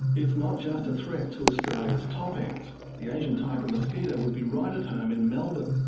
it's not just a threat to australia's top end. the asian tiger mosquito would be right at home in melbourne.